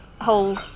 whole